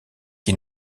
qui